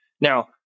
Now